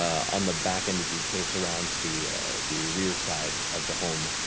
on the back end as you case around to the the rear side of the home,